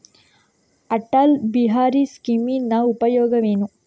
ಅಟಲ್ ಬಿಹಾರಿ ಸ್ಕೀಮಿನ ಉಪಯೋಗವೇನು?